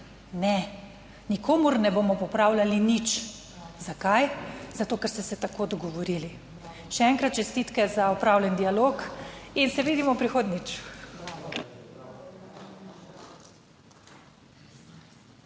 Ne, nikomur ne bomo popravljali nič. Zakaj? Zato, ker ste se tako dogovorili. Še enkrat čestitke za opravljen dialog in se vidimo prihodnjič.